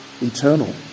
eternal